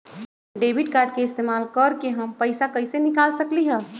Debit card के इस्तेमाल करके हम पैईसा कईसे निकाल सकलि ह?